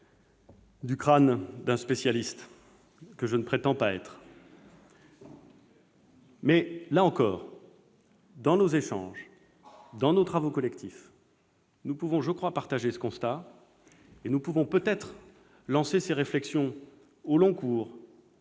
du crâne d'un spécialiste, que je ne prétends pas être. Mais là encore, dans nos échanges, dans nos travaux collectifs, nous pouvons partager ce constat et peut-être lancer ces réflexions au long cours